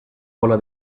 bola